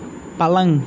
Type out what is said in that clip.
پلنٛگ